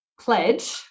pledge